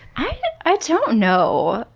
i i don't know.